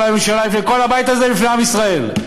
ולפני כל הממשלה ולפני כל הבית הזה ולפני עם ישראל,